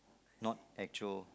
not actual